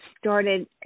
started